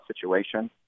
situation